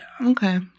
Okay